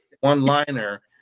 one-liner